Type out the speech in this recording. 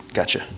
Gotcha